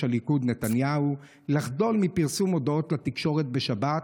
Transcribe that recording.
הליכוד נתניהו לחדול מפרסום הודעות לתקשורת בשבת,